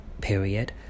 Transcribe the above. period